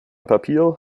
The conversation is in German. papier